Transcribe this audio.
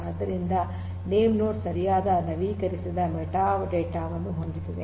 ಆದ್ದರಿಂದ ನೇಮ್ನೋಡ್ ಸರಿಯಾದ ನವೀಕರಿಸಿದ ಮೆಟಾಡೇಟಾ ವನ್ನು ಹೊಂದಿದೆ